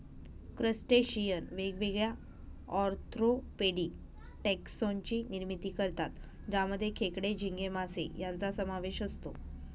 crustacean वेगवेगळ्या orthopedic taxon ची निर्मिती करतात ज्यामध्ये खेकडे, झिंगे, मासे यांचा समावेश असतो